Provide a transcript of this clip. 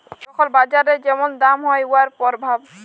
যখল বাজারে যেমল দাম হ্যয় উয়ার পরভাব